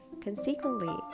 Consequently